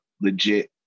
legit